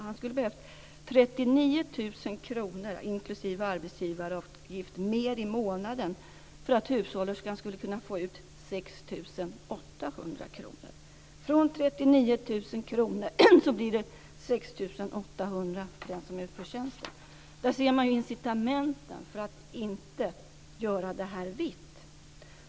Han skulle behövt 39 000 kr, inklusive arbetsgivaravgifter, mer i månaden för att hushållerskan skulle kunna få ut 6 800 kr. Från 39 000 kr så blir det 6 800 kr för den som utför tjänsten. Där ser man ju incitamenten för att inte göra detta vitt.